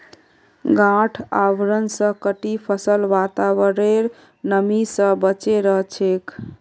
गांठ आवरण स कटी फसल वातावरनेर नमी स बचे रह छेक